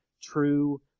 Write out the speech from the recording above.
true